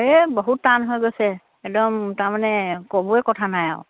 এই বহুত টান হৈ গৈছে একদম তাৰমানে ক'বই কথা নাই আৰু